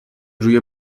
روی